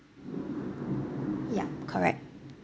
yup correct